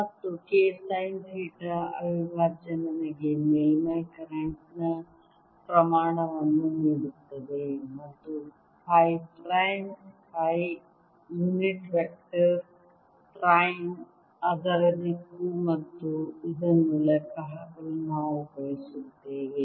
ಮತ್ತು K sine theta ಅವಿಭಾಜ್ಯ ನನಗೆ ಮೇಲ್ಮೈ ಕರೆಂಟ್ ನ ಪ್ರಮಾಣವನ್ನು ನೀಡುತ್ತದೆ ಮತ್ತು phi prime phi unit vector prime ಅದರ ದಿಕ್ಕು ಮತ್ತು ಇದನ್ನು ಲೆಕ್ಕಹಾಕಲು ನಾವು ಬಯಸುತ್ತೇವೆ